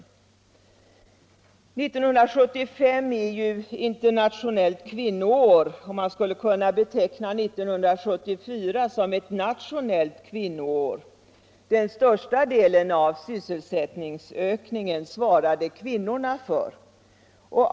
År 1975 är internationellt kvinnoår, och man skulle kunna beteckna 1974 som ett nationellt kvinnoår. Den största delen av sysselsättningsökningen svarade kvinnorna för.